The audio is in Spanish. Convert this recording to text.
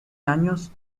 años